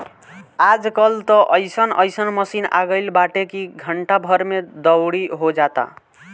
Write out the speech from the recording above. आज कल त अइसन अइसन मशीन आगईल बाटे की घंटा भर में दवरी हो जाता